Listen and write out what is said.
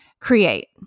create